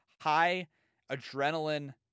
high-adrenaline